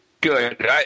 Good